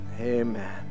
amen